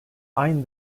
aynı